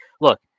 look